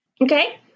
okay